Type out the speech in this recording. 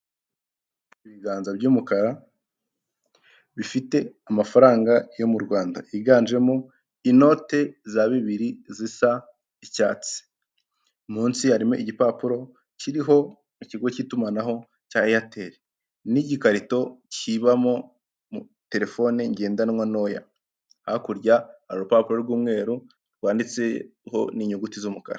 Ibiganza by'umukara bifite amafaranga yo mu Rwanda yiganjemo inote za bibiri zisa icyatsi, munsi harimo igipapuro kiriho ikigo cy'itumanaho cya eyateri n'igikarito kibamo terefone ngendanwa ntoya, hakurya hari urupapuro rw'umweru rwanditseho n'inyuguti z'umukara.